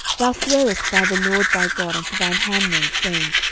thou swarest by the lord thy god unto thine handmaid, saying,